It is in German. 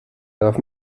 darf